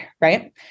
right